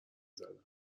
زدم